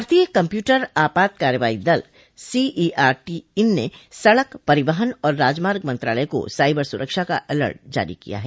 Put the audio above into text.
भारतीय कम्प्यूटर आपात कार्रवाई दल सीईआरटी इन ने सड़क परिवहन और राजमार्ग मंत्रालय को साइबर सुरक्षा का अलर्ट जारी किया है